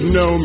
no